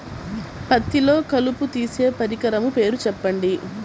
పత్తిలో కలుపు తీసే పరికరము పేరు చెప్పండి